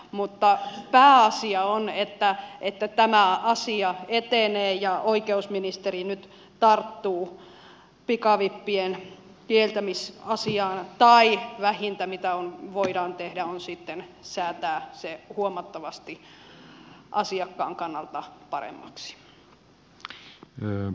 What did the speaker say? mutta pääasia on että tämä asia etenee ja oikeusministeri nyt tarttuu pikavippien kieltämisasiaan tai vähintä mitä voidaan tehdä on säätää se asiakkaan kannalta huomattavasti paremmaksi